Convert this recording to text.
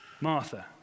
Martha